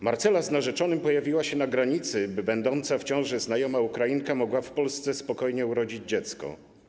Marcela z narzeczonym pojawiła się na granicy, by będąca w ciąży znajoma Ukrainka mogła w Polsce spokojnie urodzić dziecko.